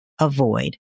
avoid